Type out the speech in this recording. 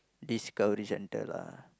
Discovery-Centre lah